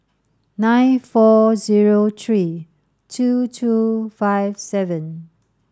nine four zero three two two five seven